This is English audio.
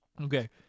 Okay